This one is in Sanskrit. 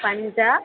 पञ्च